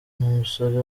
n’umusore